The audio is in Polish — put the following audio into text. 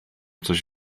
coś